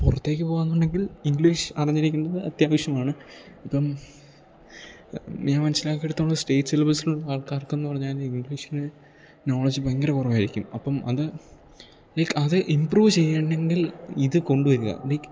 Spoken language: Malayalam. പുറത്തേക്ക് പോകുകയാണെന്നുണ്ടെങ്കിൽ ഇംഗ്ലീഷ് അറിഞ്ഞിരിക്കേണ്ടത് അത്യാവശ്യമാണ് ഇപ്പം ഞാൻ മനസ്സിലാക്കിയിടത്തോളം സ്റ്റേറ്റ് സിലബസ്സിലുള്ള ആൾക്കാർക്കെന്നു പറഞ്ഞാൽ ഇംഗ്ലീഷിന് നോളജ് ഭയങ്കര കുറവായിരിക്കും അപ്പം അത് ലൈക്ക് അത് ഇമ്പ്രൂവ് ചെയ്യണമെങ്കിൽ ഇതു കൊണ്ടു വരിക ലൈക്ക്